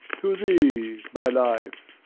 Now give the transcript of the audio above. to thee, my life.